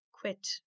quit